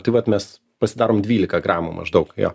tai vat mes pasidarom dvylika gramų maždaug jo